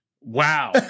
Wow